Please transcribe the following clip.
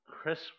Chris